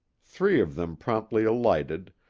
three of them promptly alighted,